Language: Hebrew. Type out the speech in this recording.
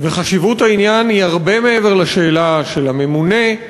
וחשיבות העניין היא הרבה מעבר לשאלה של הממונה.